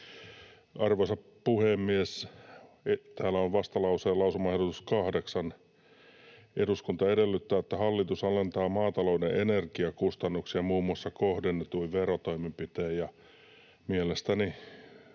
Arvoisa puhemies! Täällä on vastalauseen lausumaehdotus 8: ”Eduskunta edellyttää, että hallitus alentaa maatalouden energiakustannuksia muun muassa kohdennetuin verotoimenpitein.” Mielestäni